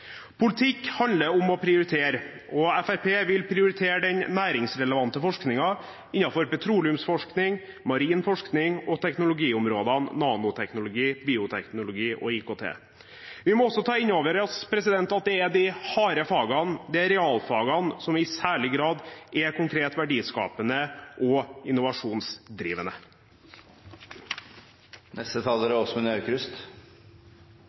Politikk handler om å prioritere, og Fremskrittspartiet vil prioritere den næringsrelevante forskningen innenfor petroleumsforskning, marin forskning og teknologiområdene nanoteknologi, bioteknologi og IKT. Vi må også ta inn over oss at det er de harde fagene, realfagene, som i særlig grad er konkret verdiskapende og innovasjonsdrivende.